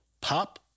pop